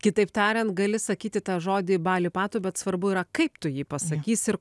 kitaip tariant gali sakyti tą žodį bali patu bet svarbu yra kaip tu jį pasakysi ir